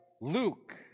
Luke